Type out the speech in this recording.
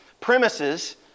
premises